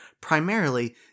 Primarily